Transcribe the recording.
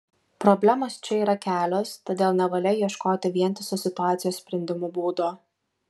problemos čia yra kelios todėl nevalia ieškoti vientiso situacijos sprendimo būdo